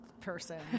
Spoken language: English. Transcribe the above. person